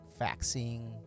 faxing